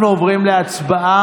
אנחנו עוברים להצבעה.